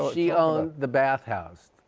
she owned the bathhouse.